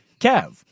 Kev